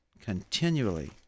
continually